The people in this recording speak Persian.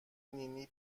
نینی